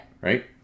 Right